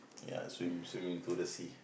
ya swim swim into the sea